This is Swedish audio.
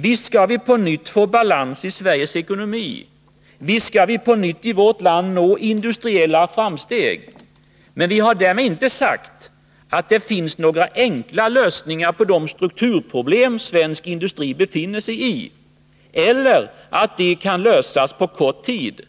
Visst skall vi på nytt få balans i Sveriges ekonomi, visst skall vi på nytt i vårt land nå industriella framsteg. Men vi har därmed inte sagt att det finns några enkla lösningar på de strukturproblem som svensk industri brottas med, eller att de kan lösas på kort tid.